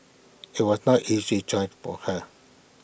IT was not easy choice for her